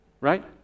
Right